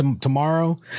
tomorrow